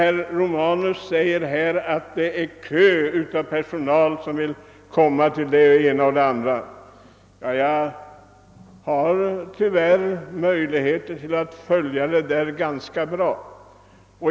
Herr Romanus säger att det är en kö av personer som vill arbeta under den utsträckta affärstiden.